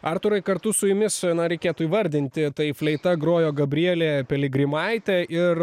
artūrui kartu su jumis na reikėtų įvardinti tai fleita grojo gabrielė pelegrimaitė ir